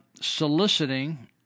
soliciting